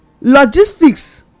logistics